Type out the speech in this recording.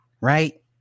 Right